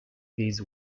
these